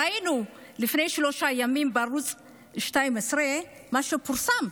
ראינו לפני שלושה ימים בערוץ 12 מה שפורסם.